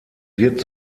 wird